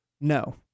No